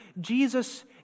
Jesus